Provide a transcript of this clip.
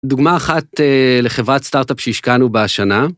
דוגמה אחת לחברת סטארט-אפ שהשקענו בה השנה.